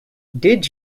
did